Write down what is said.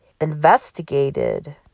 investigated